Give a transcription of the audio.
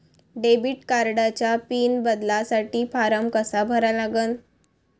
Debit कार्डचा pin बदलासाठी form कसा भरा लागन?